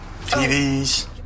TVs